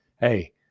hey